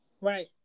right